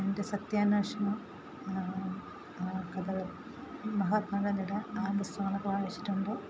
എൻ്റെ സത്യാന്വേഷണ കഥകൾ മഹാത്മാഗാന്ധിയുടെ ആ പുസ്തകങ്ങളൊക്കെ വായിച്ചിട്ടുണ്ട്